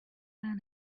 man